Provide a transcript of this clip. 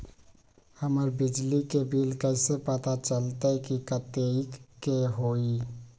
हमर बिजली के बिल कैसे पता चलतै की कतेइक के होई?